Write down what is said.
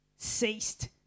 ceased